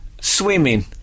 swimming